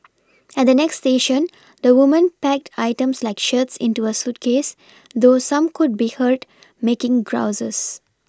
at the next station the woman packed items like shirts into a suitcase though some could be heard making grouses